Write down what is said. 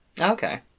Okay